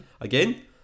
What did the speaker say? again